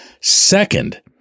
Second